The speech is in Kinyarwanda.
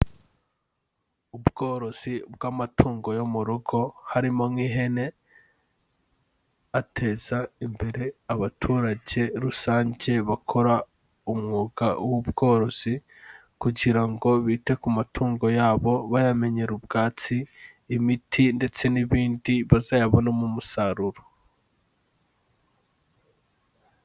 Ubworozi bw'amatungo yo mu rugo harimo nk'ihene, ateza imbere abaturage rusange bakora umwuga w'ubworozi kugira ngo bite ku matungo yabo bayamenyera ubwatsi, imiti ndetse n'ibindi, bazayabonemo umusaruro.